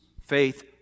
Faith